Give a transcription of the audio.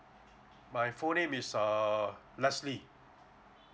my full name is err leslie